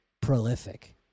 prolific